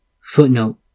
Footnote